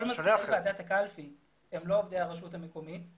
כל מזכירי ועדת הקלפי הם לא עובדי הרשות המקומית.